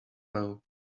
know